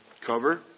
cover